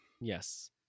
Yes